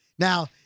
Now